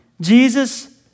Jesus